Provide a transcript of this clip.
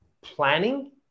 planning